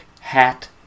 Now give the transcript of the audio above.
Hat